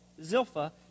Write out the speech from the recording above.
Zilpha